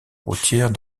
routière